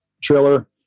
trailer